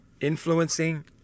influencing